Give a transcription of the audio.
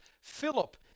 Philip